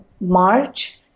March